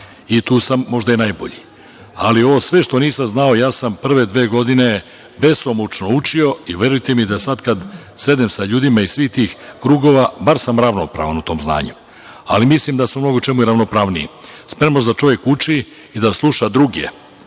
i tu sam možda i najbolji. Ali, ovo sve što nisam znao, ja sam prve dve godine besomučno učio, i verujte mi da sada kad sednem sa ljudima iz svih tih krugova, bar sam ravnopravan u tom znanju. Ali, mislim da sam u mnogo čemu i ravnopravniji. Spremnost da čovek uči i da sluša druge